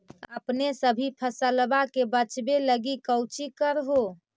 अपने सभी फसलबा के बच्बे लगी कौची कर हो?